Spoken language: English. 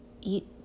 Eat